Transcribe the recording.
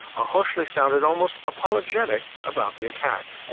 alkoshli sounded almost apologetic about the attack.